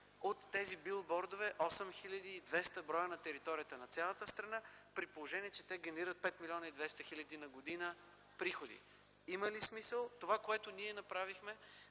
от тези билбордове – 8200 бр. на територията на цялата страна, при положение че те генерират 5 млн. 200 хил. лв. приходи на година? Има ли смисъл това, което ние направихме,